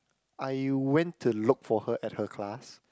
I went to look for her at her class